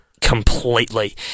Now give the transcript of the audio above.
completely